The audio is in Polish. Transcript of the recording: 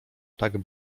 tak